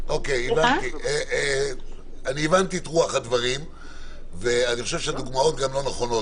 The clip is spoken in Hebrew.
הבנתי את רוח הדברים ואני חושב שהדוגמאות לא נכונות,